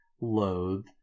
loathe